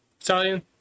italian